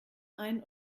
ein